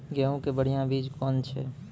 गेहूँ के बढ़िया बीज कौन छ?